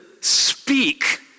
speak